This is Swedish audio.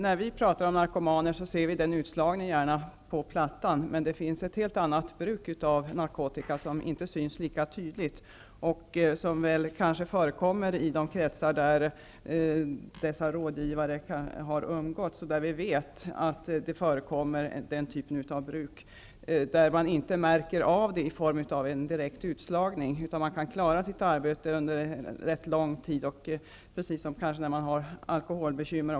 När vi talar om narkomaner ser vi utslagningen på ''Plattan'' framför oss, men det finns ett annat bruk av narkotika som inte syns lika tydligt. Det förekommer kanske i de kretsar där dessa rådgivare har umgåtts. Vi vet att det förekommer en typ av bruk som man inte märker av i form av en direkt utslagning. Man kan klara sitt arbete under ganska lång tid, precis som när man har alkoholbekymmer.